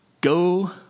Go